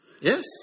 Yes